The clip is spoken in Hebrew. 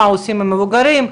מה עושים עם המבוגרים,